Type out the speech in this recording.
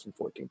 2014